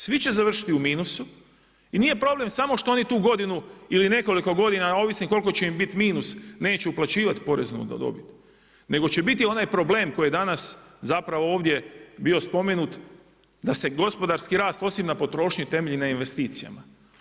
Svi će završiti u minusu i nije problema samo što oni tu godinu ili nekoliko godina, ovisi koliko će im biti minus, neće uplaćivati porez na dobit, nego će biti onaj problem koji je danas zapravo ovdje bio spomenut da se gospodarski rast osim na potrošnji temelji na investicijama.